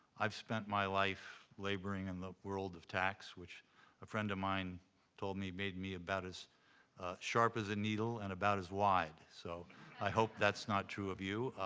i've spent my life laboring in the world of tax, which a friend of mine told me made me about as sharp as a needle and about as wide, so i hope that's not true of you.